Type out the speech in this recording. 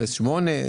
0.8,